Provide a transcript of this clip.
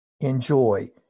enjoy